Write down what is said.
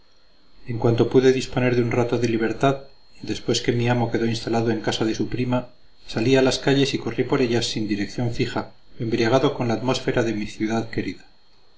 en cuanto pude disponer de un rato de libertad después que mi amo quedó instalado en casa de su prima salí a las calles y corrí por ellas sin dirección fija embriagado con la atmósfera de mi ciudad querida